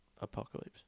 apocalypse